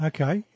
Okay